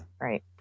Right